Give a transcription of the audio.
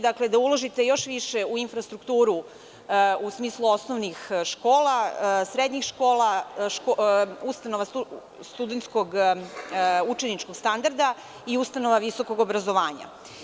Da uložite još više u infrastrukturu u smislu osnovnih, srednjih škola, ustanova studentskog, učeničkog standarda i ustanova visokog obrazovanja.